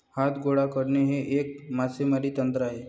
हात गोळा करणे हे एक मासेमारी तंत्र आहे